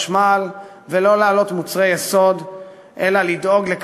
החשמל ולא להעלות מחירים של מוצרי יסוד,